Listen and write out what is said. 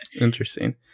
Interesting